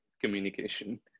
communication